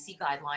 guidelines